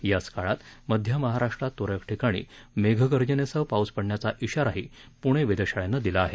याच काळात मध्य महाराष्ट्रात त्रळक ठिकाणी मेघगर्जनेसह पाऊस पडण्याचा इशाराही प्णे वेधशाळेनं दिला आहे